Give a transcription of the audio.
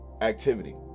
activity